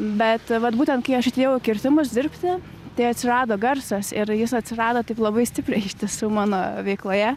bet vat būtent kai aš atėjau į kirtimus dirbti tai atsirado garsas ir jis atsirado taip labai stipriai iš tiesų mano veikloje